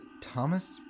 Thomas